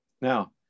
Now